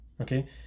okay